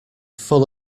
full